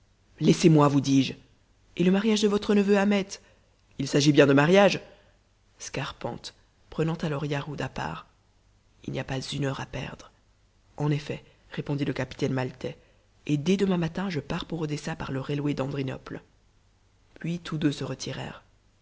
laissez-moi vous dis-je et le mariage de votre neveu ahmet il s'agit bien de mariage scarpante prenant alors yarhud à part il n'y a pas une heure à perdre en effet répondit le capitaine maltais et dès demain matin je pars pour odessa par le railway d'andrinople puis tous deux se retirèrent